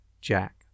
Jack